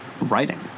writing